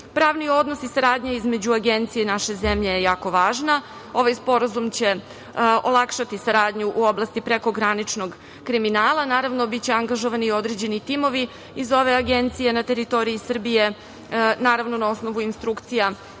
Pravni odnos i saradnja između Agencije i naše zemlje je jako važna. Ovaj Sporazum će olakšati saradnju u oblasti prekograničnog kriminala. Naravno biće angažovani i određeni timovi iz ove Agencije na teritoriji Srbije, naravno na osnovu instrukcija,